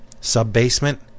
sub-basement